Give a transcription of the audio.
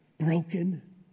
broken